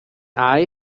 eye